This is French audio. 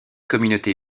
communauté